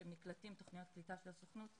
שהם נקלטים בתכניות קליטה של הסוכנות,